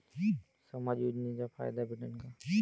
समाज योजनेचा फायदा भेटन का?